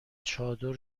چادر